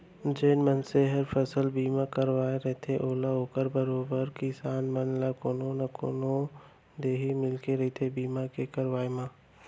जेन मनसे हर फसल बीमा करवाय रथे ओला ओकर बरोबर किसान मन ल कोनो न कोनो दरी मिलके रहिथे बीमा के करवाब म